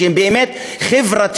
שהם באמת חברתיים,